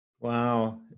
Wow